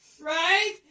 right